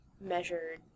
measured